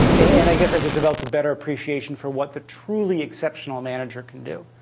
and i guess i've just developed a better appreciation for what the truly exceptional manager can do.